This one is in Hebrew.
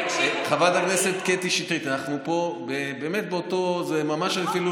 חברת הכנסת קטי שטרית, אנחנו באותו מקום.